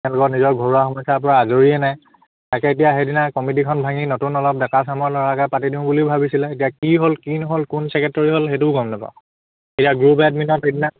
তেওঁলোকৰ নিজৰ ঘৰুৱা সমস্যাৰপৰা আজৰিয়ে নাই তাকে এতিয়া সেইদিনা কমিটিখন ভাঙি নতুন অলপ ডেকা চামৰ ল'ৰাকে পাতি দিওঁ বুলি ভাবিছিলে এতিয়া কি হ'ল কি নহ'ল কোন ছেক্ৰেটেৰী হ'ল সেইটোও গম নাপাওঁ এতিয়া গ্ৰুপ এডমিনত সেইদিনা